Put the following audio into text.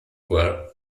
were